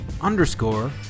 underscore